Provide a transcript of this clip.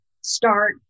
start